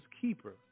keeper